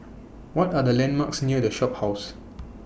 What Are The landmarks near The Shophouse